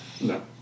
No